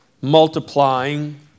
multiplying